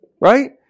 right